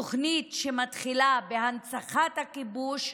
תוכנית שמתחילה בהנצחת הכיבוש,